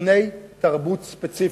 מותני תרבות ספציפית.